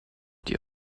dir